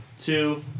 Two